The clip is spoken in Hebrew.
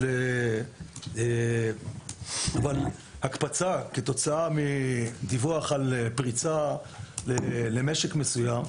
אבל הקפצה כתוצאה מדיווח על פריצה למשק מסוים.